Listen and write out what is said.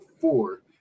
four